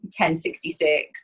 1066